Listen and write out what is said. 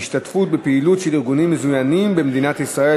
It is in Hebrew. (השתתפות בפעילות של ארגונים מזוינים במדינות חוץ),